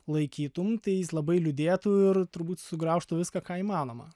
laikytum tai jis labai liūdėtų ir turbūt sugraužtų viską ką įmanoma